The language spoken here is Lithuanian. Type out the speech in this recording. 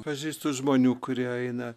pažįstu žmonių kurie eina